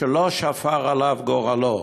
שלא שפר עליו גורלו.